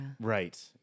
Right